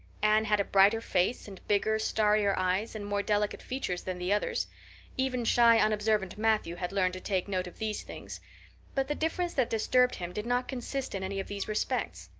anne had a brighter face, and bigger, starrier eyes, and more delicate features than the other even shy, unobservant matthew had learned to take note of these things but the difference that disturbed him did not consist in any of these respects.